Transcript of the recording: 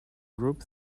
group